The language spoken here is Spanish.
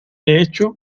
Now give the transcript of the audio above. hecho